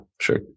sure